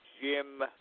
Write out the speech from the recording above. Jim